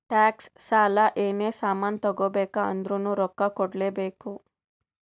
tax, ಸಾಲ, ಏನೇ ಸಾಮಾನ್ ತಗೋಬೇಕ ಅಂದುರ್ನು ರೊಕ್ಕಾ ಕೂಡ್ಲೇ ಬೇಕ್